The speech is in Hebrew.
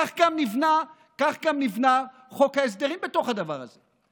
כך גם נבנה חוק ההסדרים בתוך הדבר הזה.